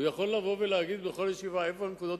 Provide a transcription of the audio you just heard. הוא יכול לבוא ולהגיד בכל ישיבה איפה הנקודות